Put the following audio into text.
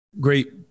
Great